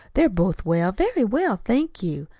they're both well very well, thank you.